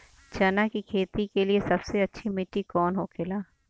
चना की खेती के लिए सबसे अच्छी मिट्टी कौन होखे ला?